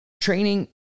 training